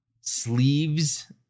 sleeves